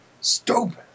Stupid